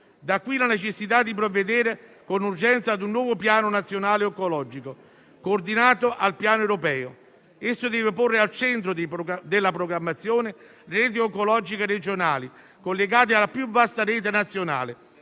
Da qui la necessità di provvedere con urgenza a un nuovo Piano oncologico nazionale coordinato al piano europeo. Esso deve porre al centro della programmazione le reti oncologiche regionali, collegate alla più vasta rete nazionale,